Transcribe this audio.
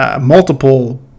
Multiple